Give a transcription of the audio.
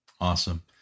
Awesome